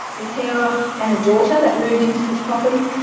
the carer and a daughter that moved into this property,